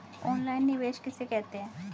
Online निवेश किसे कहते हैं?